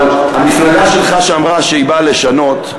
אבל המפלגה שלך, שאמרה שהיא באה לשנות,